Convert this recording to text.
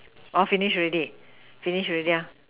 orh finished already finish already ah